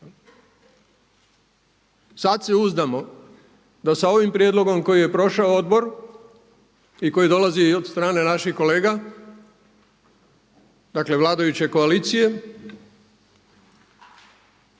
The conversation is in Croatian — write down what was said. Sada se uzdamo da sa ovim prijedlogom koji je prošao odbor i koji dolazi od strane naših kolega, dakle vladajuće koalicije,